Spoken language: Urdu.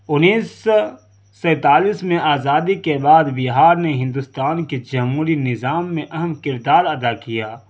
انیس سو سینتالیس میں آزادی کے بعد بہار نے ہندوستان کے جموری نظام میں اہم کردار ادا کیا